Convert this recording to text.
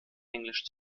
englisch